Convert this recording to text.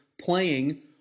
playing